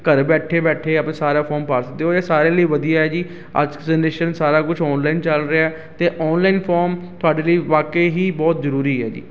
ਘਰ ਬੈਠੇ ਬੈਠੇ ਆਪ ਸਾਰਾ ਫੋਮ ਭਰ ਸਕਦੇ ਹੋ ਇਹ ਸਾਰੇ ਲਈ ਵਧੀਆ ਜੀ ਅੱਜ ਦੀ ਜਨਰੇਸ਼ਨ ਸਾਰਾ ਕੁਛ ਔਨਲਾਈਨ ਚੱਲ ਰਿਹਾ ਅਤੇ ਔਨਲਾਈਨ ਫੋਮ ਤੁਹਾਡੇ ਲਈ ਵਾਕਿਆ ਹੀ ਬਹੁਤ ਜ਼ਰੂਰੀ ਹੈ ਜੀ